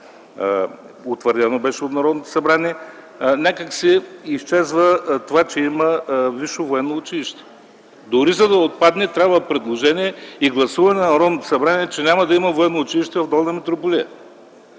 утвърдено от Народното събрание. Някак си изчезва това, че има висше военно училище. За да отпадне, трябва предложение и гласуване на Народното събрание, че няма да има военно училище в Долна Митрополия.